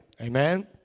Amen